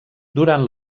durant